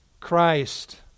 Christ